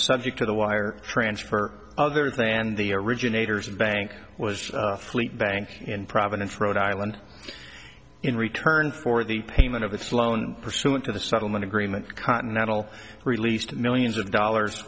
subject to the wire transfer other than the originators of bank was fleet bank in providence rhode island in return for the payment of this loan pursuant to the settlement agreement continental released millions of dollars